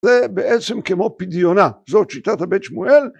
ובעצם כמו פדיונה, זו שיטת הבית שמואל